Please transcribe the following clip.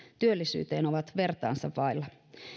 työllisyyteen ovat vertaansa vailla